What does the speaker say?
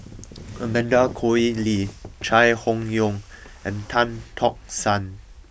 Amanda Koe Lee Chai Hon Yoong and Tan Tock San